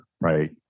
right